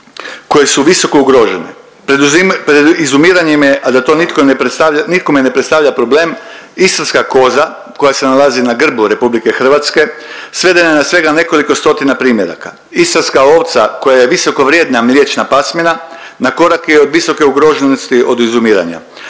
koje su visoko ugrožene, pred izumiranjem je, a da to nikome ne predstavlja problem. Istarska koza koja se nalazi na grbu RH svedena je na svega nekoliko stotina primjeraka, istarska ovca koja je visokovrijedna mliječna pasmina na korak je od visoke ugroženosti od izumiranja,